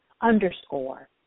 underscore